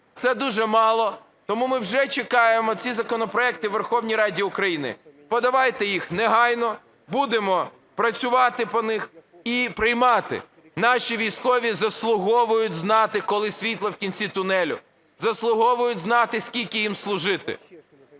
це дуже мало. Тому ми вже чекаємо ці законопроекти у Верховній Раді України, подавайте їх негайно, будемо працювати по них і приймати. Наші військові заслуговують знати, коли світло в кінці тунелю, заслуговують знати, скільки їм служити.